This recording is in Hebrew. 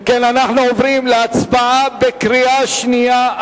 אם כן, אנחנו עוברים להצבעה בקריאה שנייה.